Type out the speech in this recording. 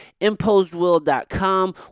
imposedwill.com